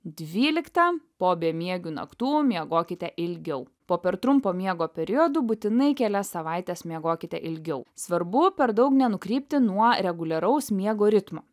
dvylikta po bemiegių naktų miegokite ilgiau po per trumpo miego periodų būtinai kelias savaites miegokite ilgiau svarbu per daug nenukrypti nuo reguliaraus miego ritmo